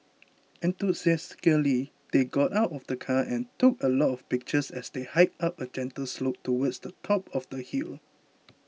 enthusiastically they got out of the car and took a lot of pictures as they hiked up a gentle slope towards the top of the hill